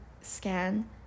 scan